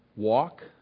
walk